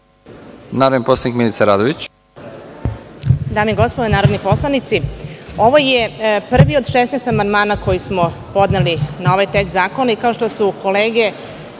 narodni poslanik Milica Radović.